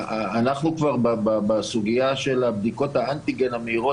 אנחנו כבר בסוגיה של בדיקות האנטיגן המהירות